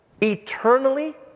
eternally